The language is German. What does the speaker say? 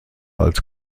als